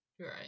Right